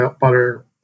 butter